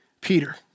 Peter